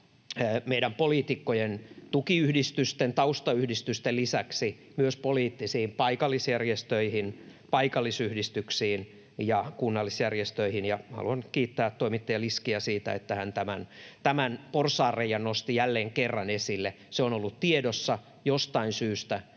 meidän poliitikkojen tukiyhdistysten, taustayhdistysten lisäksi myös poliittisiin paikallisjärjestöihin, paikallisyhdistyksiin ja kunnallisjärjestöihin. Haluan kiittää toimittaja Liskiä siitä, että hän tämän porsaanreiän nosti jälleen kerran esille. Se on ollut tiedossa. Jostain syystä